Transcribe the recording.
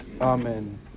Amen